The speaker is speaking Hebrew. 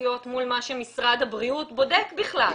בפיצוציות מול מה שמשרד הבריאות בודק בכלל?